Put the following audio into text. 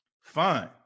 fine